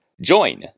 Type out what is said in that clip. Join